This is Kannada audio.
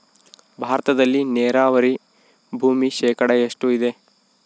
ಭಾರತದಲ್ಲಿ ನೇರಾವರಿ ಭೂಮಿ ಶೇಕಡ ಎಷ್ಟು ಇದೆ?